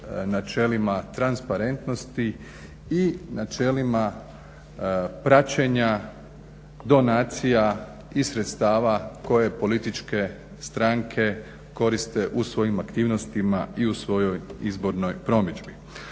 načelima transparentnosti i načelima praćenja donacija i sredstva koje političke stranke koriste u svojim aktivnostima i u svojoj izbornoj promidžbi.